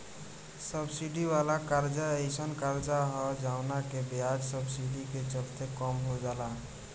subsidy वाला कर्जा एयीसन कर्जा ह जवना के ब्याज सब्सिडी के चलते कम हो जाला